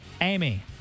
Amy